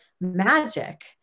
magic